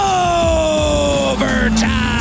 overtime